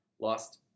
Lost